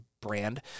brand